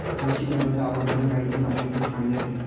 लवचिक रबराच्या आवरणाने गायींच्या कासेतून दूध काढले जाते